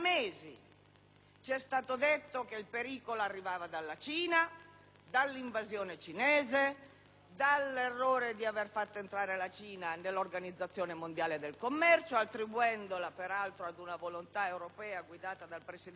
ci è stato detto che il pericolo arrivava dalla Cina, dall'invasione cinese, dall'errore di aver fatto entrare la Cina nell'Organizzazione mondiale del commercio, attribuendolo peraltro ad una volontà della Commissione europea guidata dal presidente Prodi,